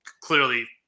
clearly